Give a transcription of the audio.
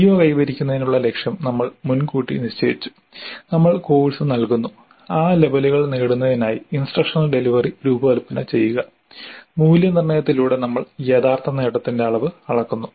CO കൈവരിക്കുന്നതിനുള്ള ലക്ഷ്യം നമ്മൾ മുൻകൂട്ടി നിശ്ചയിച്ചു നമ്മൾ കോഴ്സ് നൽകുന്നു ആ ലെവലുകൾ നേടുന്നതിനായി ഇൻസ്ട്രക്ഷണൽ ഡെലിവറി രൂപകൽപ്പന ചെയ്യുക മൂല്യനിർണ്ണയത്തിലൂടെ നമ്മൾ യഥാർത്ഥ നേട്ടത്തിന്റെ അളവ് അളക്കുന്നു